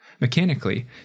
Mechanically